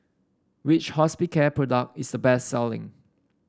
which Hospicare product is the best selling